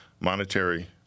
monetary